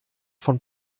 von